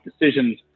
decisions